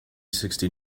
sixty